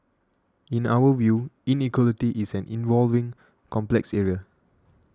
in our view inequality is an evolving complex area